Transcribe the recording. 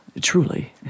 truly